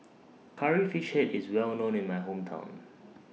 Curry Fish Head IS Well known in My Hometown